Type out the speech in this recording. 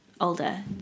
older